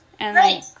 Right